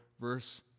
verse